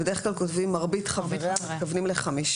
בדרך כלל כותבים "מרבית חבריה", מתכוונים לחמישה.